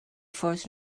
ffordd